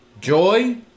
joy